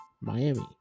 Miami